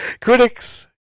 Critics